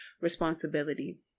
responsibility